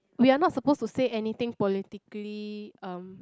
we are not supposed to say anything politically um